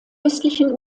östlichen